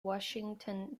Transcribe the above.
washington